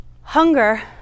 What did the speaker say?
hunger